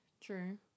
true